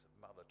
Mother